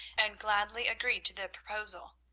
and gladly agreed to the proposal.